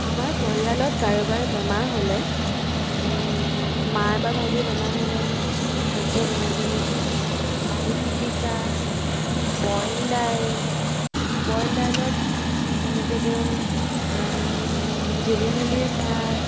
আমাৰ পৰিয়ালত কাৰোবাৰ বেমাৰ হ'লে মাৰ বা ভাইটিৰ বেমাৰ হ'লে মই কিছুমান খাদ্য বনাও যেনেকৈ আলু পিটিকা বইল দাইল বইল দাইলত যেনেকৈ দিওঁ জিলিমিলিৰ পাত